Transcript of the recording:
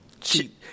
cheap